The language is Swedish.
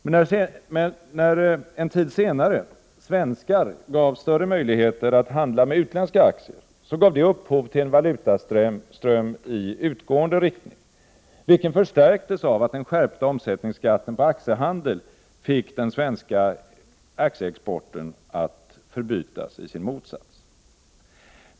Men när en tid senare svenskar gavs större möjligheter att handla med utländska aktier, gav detta upphov till en valutaström i utgående riktning, vilken förstärktes av att den skärpta omsättningsskatten på aktiehandel fick den svenska aktieexporten att förbytas i sin motsats.